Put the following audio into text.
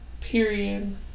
period